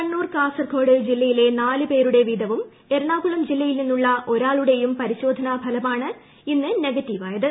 കണ്ണൂർ കാസർഗോഡ് ജില്ലയിലെ നാല് പേരുടെ വീതവും എറണാകുളം ജില്ലയിൽ നിന്നുള്ള ഒരാളുടെയും പരിശോധനാഫലമാണ് ഇന്ന് നെഗറ്റീവ് ആയത്